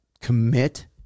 commit